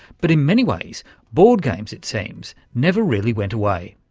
but in many ways board games, it seems, never really went away.